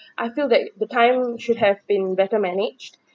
I feel that the time should have been better managed